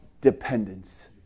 dependence